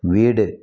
வீடு